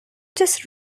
just